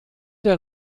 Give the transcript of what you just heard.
der